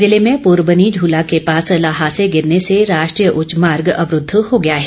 जिले में पुरबनी झूला के पास ल्हासे गिरने से राष्ट्रीय उच्च मार्ग अवरूद्ध हो गया है